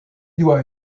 doit